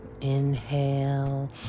Inhale